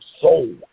soul